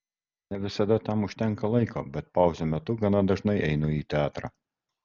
ne visada tam užtenka laiko bet pauzių metu gana dažnai einu į teatrą